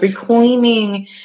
reclaiming